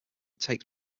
takes